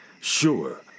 Sure